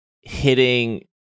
hitting